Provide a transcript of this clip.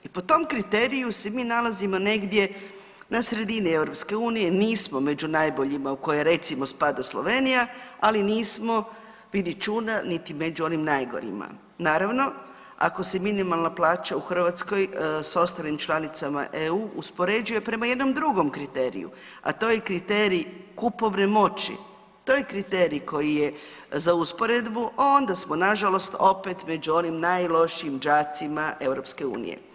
I po tom kriteriju se mi nalazimo negdje na sredini EU, nismo među najboljima u koje recimo spada Slovenija, ali nismo vidi čuda niti među onim najgorima, naravno ako se minimalna plaća u Hrvatskoj s ostalim članicama EU uspoređuje prema jednom drugom kriteriju, a to je kriterij kupovne moći, to je kriterij koji je za usporedbu onda smo nažalost opet među onim najlošijim đacima EU.